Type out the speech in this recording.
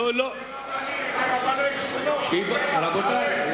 שיהיו רבני שכונות, מה יש?